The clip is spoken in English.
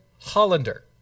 Hollander